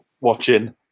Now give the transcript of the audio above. watching